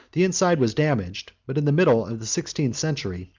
the inside was damaged but in the middle of the sixteenth century,